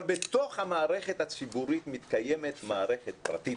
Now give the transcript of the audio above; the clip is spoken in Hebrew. אבל בתוך המערכת הציבורית מתקיימת מערכת פרטית